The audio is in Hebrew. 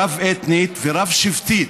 רב-אתנית ורב-שבטית.